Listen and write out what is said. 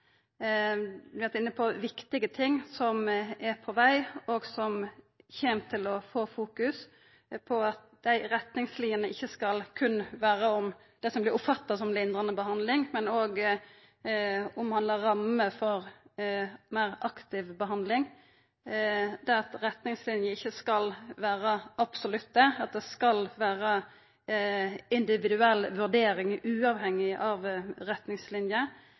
inne på viktige ting som er på veg, og som kjem til å få fokus, at retningslinjene ikkje berre skal gå på det som vert oppfatta som lindrande behandling, men òg omhandla rammer for meir aktiv behandling, og at retningslinjene ikkje skal vera absolutte, men at det skal vera individuell vurdering uavhengig av